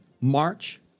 March